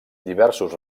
diversos